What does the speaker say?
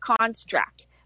construct